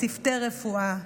צוותי רפואה,